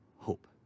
hope